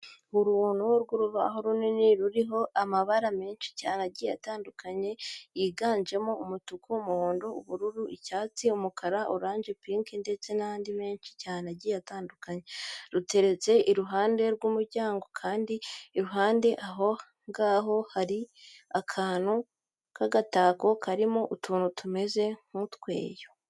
Uruntu rw'urubaro runini ruriho amabara menshi cyane agiye atandukanye yiganjemo umutuku, umuhondo, ubururu, icyatsi, umukara, oranje, pinki ndetse n'andi menshi cyane agiye atandukanye. Ruteretse iruhande rw'umuryango kandi iruhande aho ngaho hari akantu k'agatako karimo utuntu tumeze nk'utweyo.